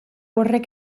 horrek